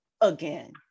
again